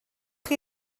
chi